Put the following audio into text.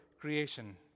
creation